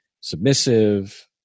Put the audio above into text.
submissive